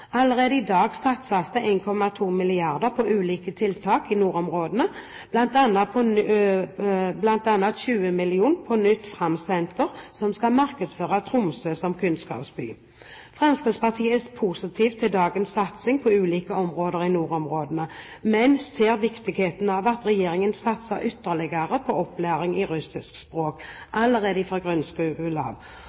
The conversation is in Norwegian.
Allerede i dag satses det 1,2 mrd. kr på ulike tiltak i nordområdene, bl.a. 20 mill. kr på nytt FRAM-senter som skal markedsføre Tromsø som kunnskapsby. Fremskrittspartiet er positiv til dagens satsing på ulike områder i nordområdene, men ser viktigheten av at regjeringen satser ytterligere på opplæring i russisk språk allerede